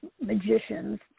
magicians